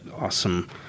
awesome